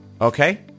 Okay